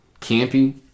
campy